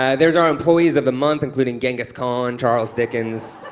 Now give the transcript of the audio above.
yeah there's our employees of the month, including genghis khan, and charles dickens.